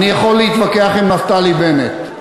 אני יכול להתווכח עם נפתלי בנט,